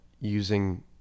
using